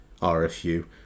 RFU